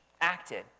acted